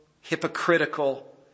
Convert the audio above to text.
hypocritical